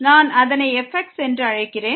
நான் அதனை fx என்று அழைக்கிறேன்